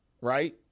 right